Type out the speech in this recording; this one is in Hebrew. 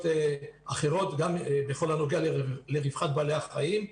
אחרות בכל הנוגע לרווחת בעלי החיים,